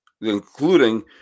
including